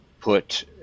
put